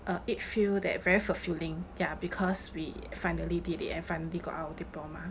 uh it feel that very fulfilling ya because we finally did it and finally got our diploma